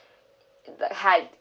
the had